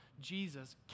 Jesus